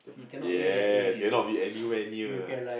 yes cannot be anywhere near